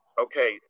okay